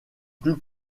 plus